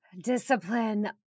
discipline